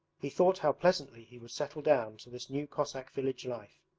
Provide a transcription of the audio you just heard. he thought how pleasantly he would settle down to this new cossack village life.